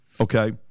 okay